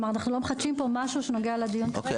אנחנו לא מחדשים פה משהו שנוגע לדיון כרגע.